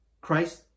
Christ